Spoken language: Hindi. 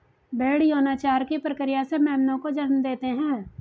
भ़ेड़ यौनाचार की प्रक्रिया से मेमनों को जन्म देते हैं